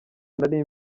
nari